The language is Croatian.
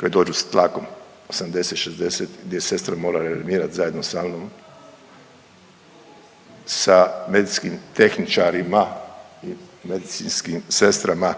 koji dođu s tlakom 80/60 gdje sestre moraju alarmirat zajedno sa mnom, sa medicinskim tehničarima i medicinskim sestrama